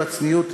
עם כל הצניעות,